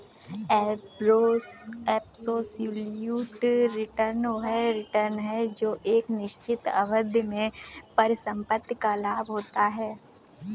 absolute return वह return है जो एक निश्चित अवधि में परिसंपत्ति का लाभ होता है